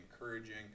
encouraging